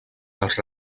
dels